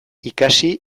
ikasi